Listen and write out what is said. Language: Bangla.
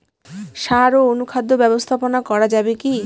সাড় ও অনুখাদ্য ব্যবস্থাপনা করা যাবে কি?